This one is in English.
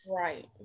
right